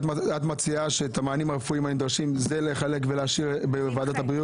את מציעה שאת המענים הרפואיים הנדרשים להשאיר בוועדת הבריאות?